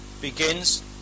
begins